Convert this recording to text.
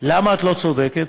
למה את לא צודקת?